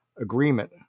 agreement